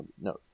No